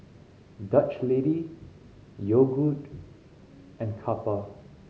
Dutch Lady Yogood and Kappa